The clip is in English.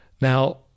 Now